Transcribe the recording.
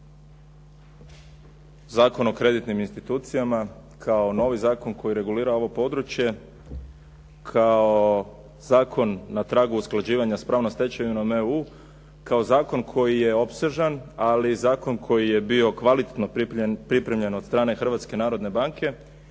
Zakon o kreditnim institucijama kao novi zakon koji regulira ovo područje, kao zakon na tragu usklađivanja s pravnom stečevinom EU, kao zakon koji je opsežan ali i zakon koji je bio kvalitetno pripremljen od strane Hrvatske narodne banke